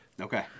Okay